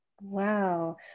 Wow